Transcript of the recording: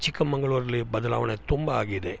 ಚಿಕ್ಕಮಂಗಳೂರಲ್ಲಿ ಬದಲಾವಣೆ ತುಂಬ ಆಗಿದೆ